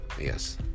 Yes